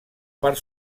part